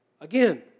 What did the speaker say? Again